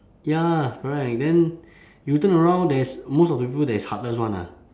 ya correct then you turn around there's most of the people that is heartless [one] ah